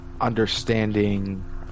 understanding